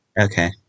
Okay